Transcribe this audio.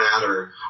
matter